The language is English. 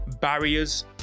barriers